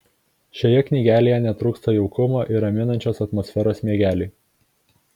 šioje knygelėje netrūksta jaukumo ir raminančios atmosferos miegeliui